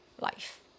life